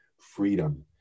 freedom